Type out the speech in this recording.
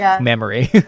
memory